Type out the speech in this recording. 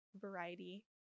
variety